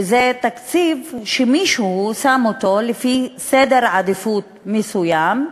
וזה תקציב שמישהו שם אותו לפי סדר עדיפויות מסוים,